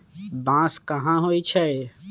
बांस कहाँ होई छई